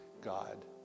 God